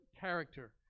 character